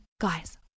Guys